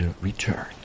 return